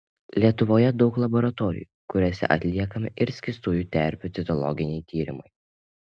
lietuvoje daug laboratorijų kuriose atliekami ir skystųjų terpių citologiniai tyrimai